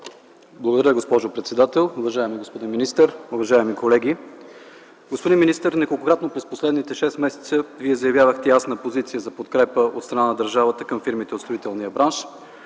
Благодаря, госпожо председател. Уважаеми господин министър, уважаеми колеги! Господин министър, неколкократно през последните шест месеца Вие заявявате ясна позиция за подкрепа от страна на държавата към фирмите от строителния бранш.